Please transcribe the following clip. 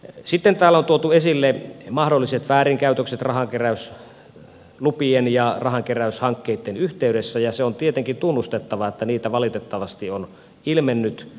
sitten täällä on tuotu esille mahdolliset väärinkäytökset rahankeräyslupien ja rahankeräyshankkeitten yhteydessä ja se on tietenkin tunnustettava että niitä valitettavasti on ilmennyt